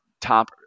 top